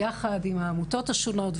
יחד עם העמותות השונות,